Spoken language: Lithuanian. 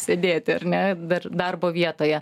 sėdėti ir ne dar darbo vietoje